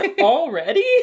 already